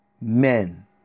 men